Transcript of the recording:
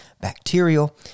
bacterial